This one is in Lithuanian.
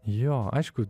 jo aišku